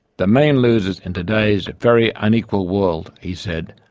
the main losers in today's very unequal world he said,